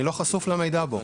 אני לא חשוף למידע בו,